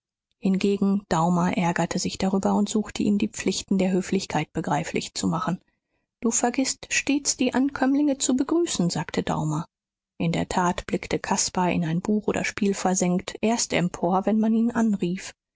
hingegen daumer ärgerte sich darüber und suchte ihm die pflichten der höflichkeit begreiflich zu machen du vergißt stets die ankömmlinge zu begrüßen sagte daumer in der tat blickte caspar in ein buch oder spiel versenkt erst empor wenn man ihn anrief